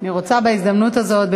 אני רוצה בהזדמנות הזאת,